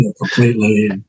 completely